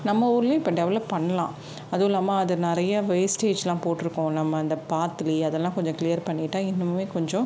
நம்ம ஊர்லையும் இப்போ டெவலப் பண்ணலாம் அதுவும் இல்லாமல் அது நிறைய வேஸ்ட்டேஜ்லாம் போட்டுருக்கோம் நம்ம அந்த பாத்லையே அதெல்லாம் கொஞ்சம் க்ளீயர் பண்ணிவிட்டா இன்னுமே கொஞ்சம்